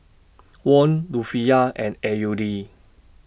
Won Rufiyaa and A U D